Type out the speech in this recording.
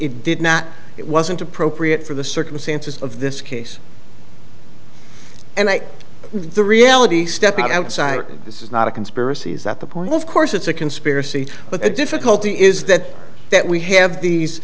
it did not it wasn't appropriate for the circumstances of this case and the reality step outside this is not a conspiracy is that the point of course it's a conspiracy but the difficulty is that that we have these